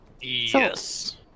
Yes